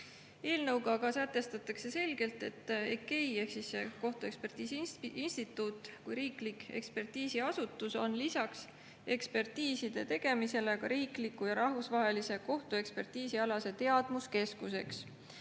Eelnõuga ka sätestatakse selgelt, et EKEI ehk kohtuekspertiisi instituut kui riiklik ekspertiisiasutus on lisaks ekspertiiside tegemisele ka riikliku ja rahvusvahelise kohtuekspertiisi alaseks teadmuskeskuseks,